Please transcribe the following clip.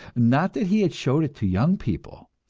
not that he had showed it to young people,